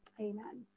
amen